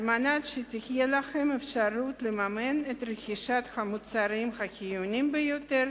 כדי שתהיה להם אפשרות לממן את רכישת המוצרים החיוניים ביותר,